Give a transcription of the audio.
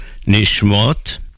Nishmot